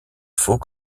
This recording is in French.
faut